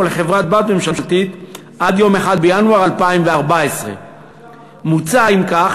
או לחברה-בת ממשלתית עד יום 1 בינואר 2014. אם כך,